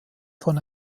von